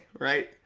right